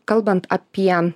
kalbant apie